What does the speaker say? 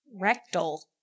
rectal